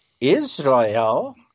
Israel